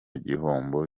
gihombo